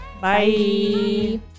Bye